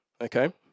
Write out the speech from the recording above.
okay